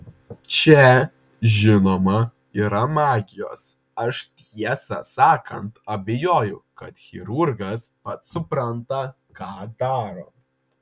čia žinoma yra magijos aš tiesą sakant abejoju kad chirurgas pats supranta ką daro